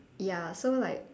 ya so like